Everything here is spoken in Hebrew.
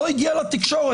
לא הגיע לתקשורת.